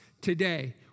today